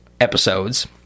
episodes